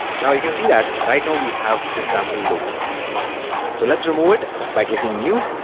now you can see that right now we have this sample logo so let's remove it by clicking new